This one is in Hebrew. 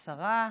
השרה,